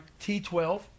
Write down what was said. T12